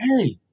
hey